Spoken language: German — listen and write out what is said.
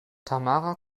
tamara